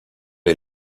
est